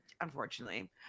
Unfortunately